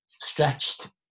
stretched